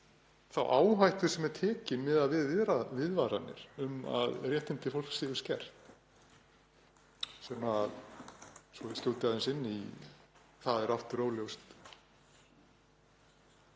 þá áhættu sem er tekin miðað við viðvaranir um að réttindi fólks séu skert. Svo ég skjóti aðeins inn í það er aftur óljóst